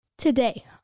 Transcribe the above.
Today